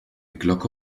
glocke